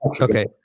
Okay